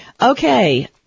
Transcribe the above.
Okay